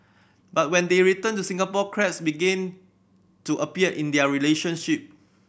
but when they returned to Singapore cracks began to appear in their relationship